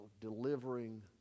delivering